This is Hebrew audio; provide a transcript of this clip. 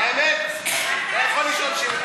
שעולים לו 5 מיליון שקלים, חבר הכנסת מיקי זוהר.